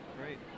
Great